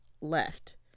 left